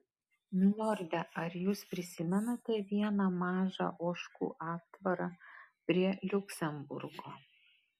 milorde ar jūs prisimenate vieną mažą ožkų aptvarą prie liuksemburgo